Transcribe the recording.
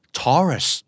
taurus